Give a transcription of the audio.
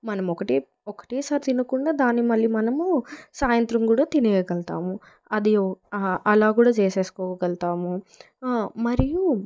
మనం ఒకటే ఒకటేసారి తినకుండా దాని మళ్ళీ మనము సాయంత్రం కూడా తినేయగలతాము అది అలా కూడా చేసేసుకోగలుగుతాము మరియు